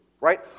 right